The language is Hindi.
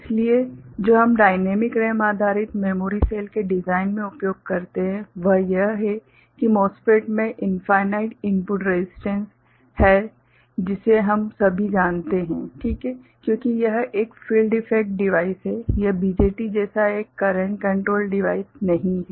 इसलिए जो हम डाइनैमिक रैम आधारित मेमोरी सेल के डिजाइन में उपयोग करते हैं वह यह है कि MOSFET में इंफाइनाइट इनपुट रसिस्टेंस है जिसे हम सभी जानते हैं ठीक है क्योंकि यह एक फील्ड इफेक्ट डिवाइस है यह BJT जैसा एक करेंट कंट्रोल्ड डिवाइस नहीं है